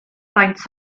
faint